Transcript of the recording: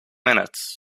minute